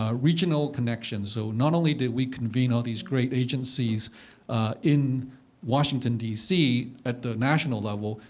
ah regional connections so not only did we convene all these great agencies in washington dc at the national level,